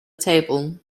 table